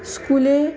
স্কুলে